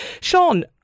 Sean